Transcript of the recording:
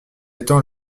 étant